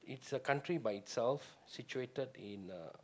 it's a country by itself situated in uh